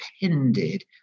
depended